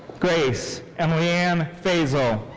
grace emileeann fehsal.